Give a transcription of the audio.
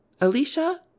Alicia